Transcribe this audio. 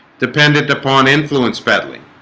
dependent upon influence-peddling